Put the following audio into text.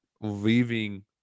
leaving